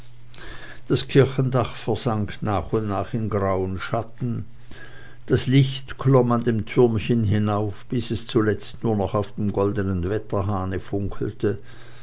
das kirchendach versank nach und nach in grauen schatten das licht klomm an dem türmchen hinauf bis es zuletzt nur noch auf dem goldenen wetterhahne funkelte